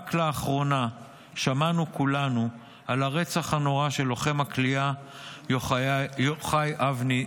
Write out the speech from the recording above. רק לאחרונה שמענו כולנו על הרצח הנורא של לוחם הכליאה יוחאי אבני,